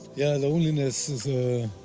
yeah loneliness is a,